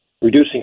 reducing